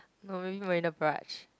normally wear the brush